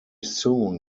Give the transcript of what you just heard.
soon